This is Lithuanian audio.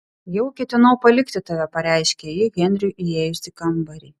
jau ketinau palikti tave pareiškė ji henriui įėjus į kambarį